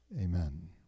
amen